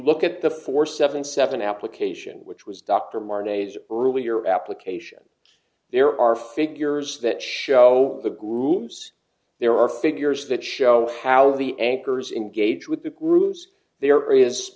look at the four seven seven application which was dr marty s earlier application there are figures that show the grooves there are figures that show how the anchors engage with the grooves there is